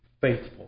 faithful